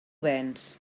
venç